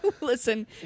listen